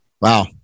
Wow